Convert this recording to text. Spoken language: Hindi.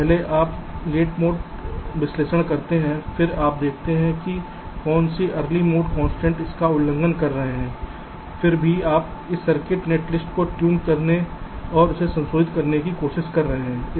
तो पहले आप लेट मोड का विश्लेषण करते हैं फिर आप देखते हैं कि कौन से अर्ली मोड कन्सट्रैन्ट इसका उल्लंघन कर रहे है फिर भी आप इस सर्किट नेटलिस्ट को ट्यून करने और उन्हें संबोधित करने की कोशिश कर रहे हैं